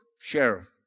sheriff